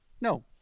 No